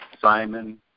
Simon